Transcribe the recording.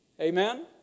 Amen